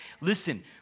Listen